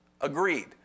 agreed